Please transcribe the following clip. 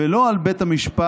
ולא על בית המשפט,